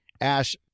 Ash